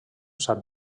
sant